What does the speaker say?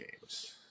games